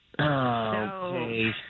Okay